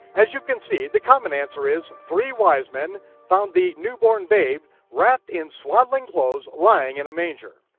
as you can see, the common answer is three wise men found the newborn babe wrapped in swaddling clothes, lying in a manger.